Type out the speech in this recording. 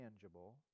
tangible